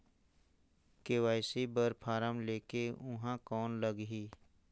KYC बर form ले के ऊहां कौन लगही?